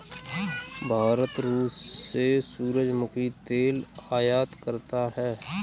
भारत रूस से सूरजमुखी तेल आयात करता हैं